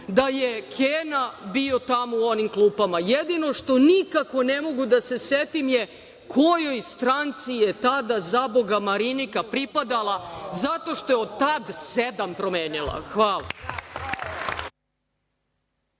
da je Kena bio tamo u onim klupama. Jedino što nikako ne mogu da se setim jeste kojoj stranci je tada, zaboga, Marinika pripadala, zato što je od tada sedam promenila. Hvala.